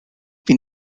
been